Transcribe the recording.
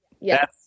yes